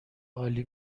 عالی